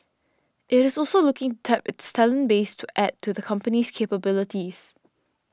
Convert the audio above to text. it is also looking tap its talent base to add to the company's capabilities